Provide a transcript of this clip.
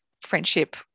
friendship